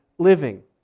Living